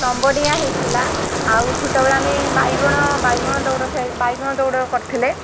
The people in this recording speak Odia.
ଲମ୍ବ ଡିଆଁ ହେଇଥିଲା ଆଉ ଛୋଟବେଳେ ଆମେ ବାଇଗଣ ବାଇଗଣ ଦୌଡ଼ ଖେ ବାଇଗଣ ଦୌଡ଼ କରିଥିଲେ